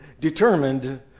determined